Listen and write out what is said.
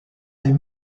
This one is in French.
des